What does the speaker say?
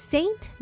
Saint